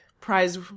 prize